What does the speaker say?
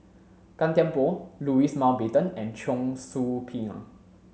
Gan Thiam Poh Louis Mountbatten and Cheong Soo Pieng